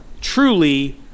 truly